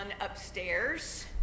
upstairs